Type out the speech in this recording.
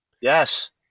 Yes